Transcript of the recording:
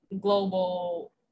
global